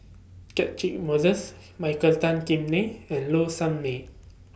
Catchick Moses Michael Tan Kim Nei and Low Sanmay